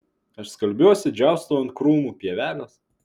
aš skalbiuosi džiaustau ant krūmų pievelės